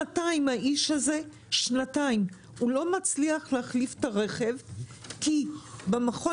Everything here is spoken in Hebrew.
שנתיים האיש הזה לא מצליח להחליף את הרכב שלו כי במכון